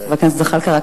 חבר הכנסת זחאלקה,